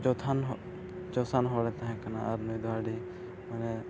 ᱡᱚᱛᱷᱟᱱ ᱪᱚᱥᱟᱱ ᱦᱚᱲᱮ ᱛᱟᱦᱮᱸ ᱠᱟᱱᱟ ᱟᱨ ᱱᱩᱭ ᱫᱚ ᱟᱹᱰᱤ ᱢᱟᱱᱮ